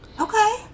Okay